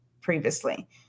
previously